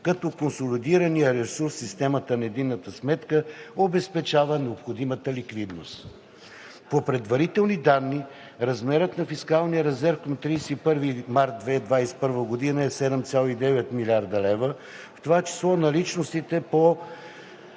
като консолидираният ресурс в системата на единната сметка обезпечава необходимата ликвидност. По предварителни данни размерът на фискалния резерв към 31 март 2021 г. е 7,9 млрд. лв., в това число наличностите по